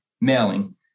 mailing